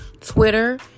Twitter